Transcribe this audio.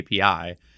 API